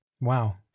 wow